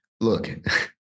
Look